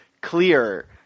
clear